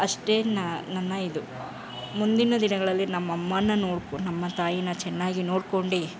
ಅಷ್ಟೇ ನನ್ನ ಇದು ಮುಂದಿನ ದಿನಗಳಲ್ಲಿ ನಮ್ಮಮ್ಮನ ನೋಡಿಕೋ ನಮ್ಮ ತಾಯಿನ ಚೆನ್ನಾಗಿ ನೋಡ್ಕೊಂಡು